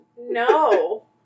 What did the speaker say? No